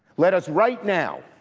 let us right now,